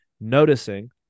noticing